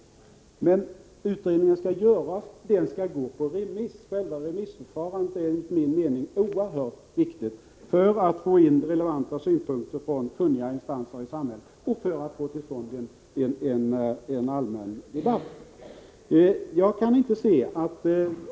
Utredningen skall gå på remiss. Själva remissförfarandet är enligt min mening oerhört viktigt för att få in relevanta synpunkter från kunniga instanser i samhället och för att få till stånd en allmän debatt.